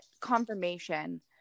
confirmation